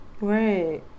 Right